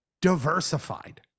diversified